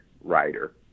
writer